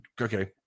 okay